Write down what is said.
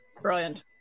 Brilliant